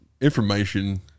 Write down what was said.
information